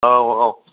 औ औ